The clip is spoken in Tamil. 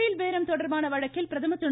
பேல் பேரம் தொடர்பான வழக்கில் பிரதமர் திரு